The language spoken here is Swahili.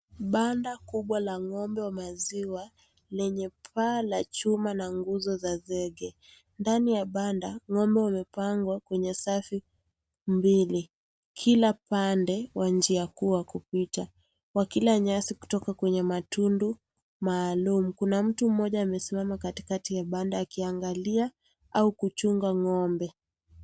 Banda kubwa la ngombe wa maziwa lenye paa la chuma na nguzo za zege , ndani ya banda ngombe wamepangwa kwenye safi mbili. Kila pande wa njia kuu wa kupita wakila nyasi kutoka kwenye matundu maalum. Kuna mtu mmoja amesimama katikati ya banda akiangalia au kuchunga ngombe.